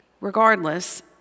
regardless